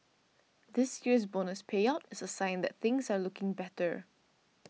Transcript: this year's bonus payout is a sign that things are looking better